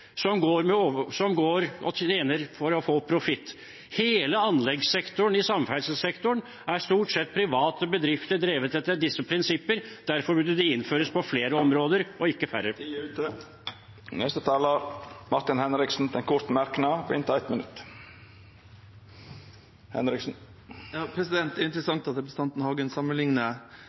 som tjener penger for å få profitt. Hele anleggssektoren innenfor samferdselssektoren er stort sett private bedrifter, drevet etter disse prinsipper. Derfor burde de innføres på flere områder, ikke på færre. Representanten Martin Henriksen har hatt ordet ein gong tidlegare og får ordet til ein kort merknad, avgrensa til 1 minutt. Det er interessant at representanten Hagen sammenligner